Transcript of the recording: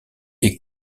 est